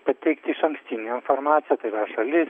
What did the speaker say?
pateikt išankstinę informaciją tai yra šalis